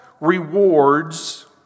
rewards